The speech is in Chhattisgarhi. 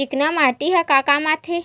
चिकना माटी ह का काम आथे?